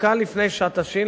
דקה לפני שעת השין,